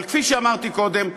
אבל כפי שאמרתי קודם,